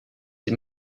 die